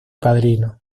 padrino